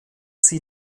sie